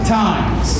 times